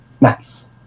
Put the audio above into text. Nice